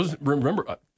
Remember